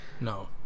No